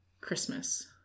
Christmas